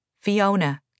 Fiona